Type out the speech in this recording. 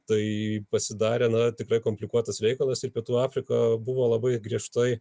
tai pasidarė na tikrai komplikuotas reikalas ir pietų afrika buvo labai griežtai